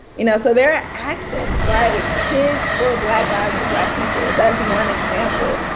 you know so there are actions, right, kids for black lives and black futures. that's one example.